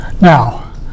Now